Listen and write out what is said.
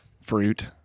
Fruit